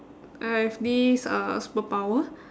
I have this uh superpower